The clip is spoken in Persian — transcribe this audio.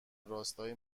راستای